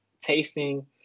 tasting